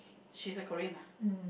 she's a Korean ah